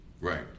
Right